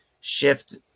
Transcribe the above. shift